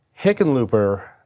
Hickenlooper